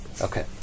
Okay